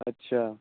اچھا